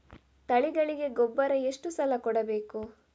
ತಳಿಗಳಿಗೆ ಗೊಬ್ಬರ ಎಷ್ಟು ಸಲ ಕೊಡಬೇಕು?